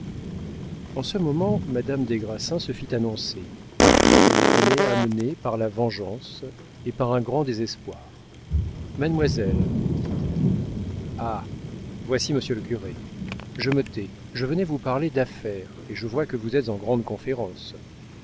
en ce moment madame des grassins se fit annoncer elle venait amenée par la vengeance et par un grand désespoir mademoiselle dit-elle ah voici monsieur le curé je me tais je venais vous parler d'affaires et je vois que vous êtes en grande conférence